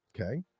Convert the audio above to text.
Okay